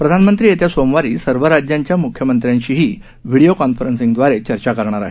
प्रधानमंत्री येत्या सोमवारी सर्व राज्यांच्या मुख्यमंत्र्यांशीही व्हीडीओ कॉन्फरन्सदवारे चर्चा करणार आहेत